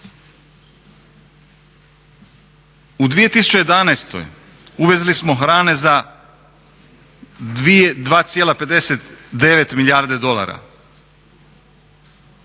U 2011. uvezli smo hrane za 2,59 milijarde dolara